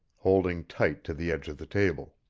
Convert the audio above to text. holding tight to the edge of the table.